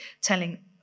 telling